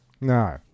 No